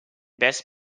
best